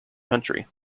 country